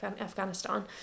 Afghanistan